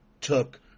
took